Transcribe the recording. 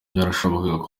byarashobokaga